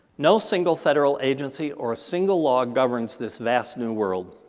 no single federal agency or a single law governs this vast new world.